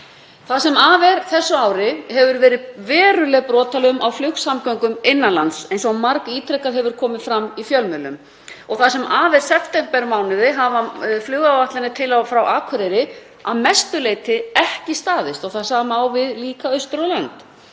Það sem af er þessu ári hefur verið veruleg brotalöm á flugsamgöngum innan lands eins og margítrekað hefur komið fram í fjölmiðlum. Það sem af er septembermánuði hafa flugáætlanir til og frá Akureyri að mestu leyti ekki staðist og það sama á líka við austur á land.